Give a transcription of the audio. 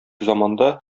заманда